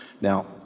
Now